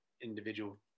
individual